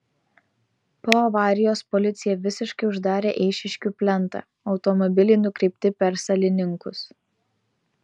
po avarijos policija visiškai uždarė eišiškių plentą automobiliai nukreipti per salininkus